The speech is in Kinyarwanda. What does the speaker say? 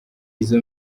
izi